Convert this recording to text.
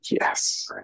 Yes